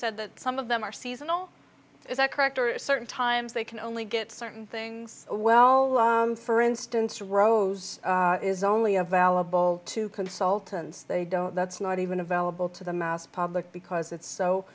said that some of them are seasonal is that correct or a certain times they can only get certain things well for instance rose is only available to consultants they don't that's not even available to the mass public because it's so